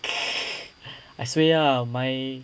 I suay ah my